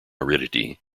aridity